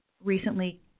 recently